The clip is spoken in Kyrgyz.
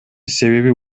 себеби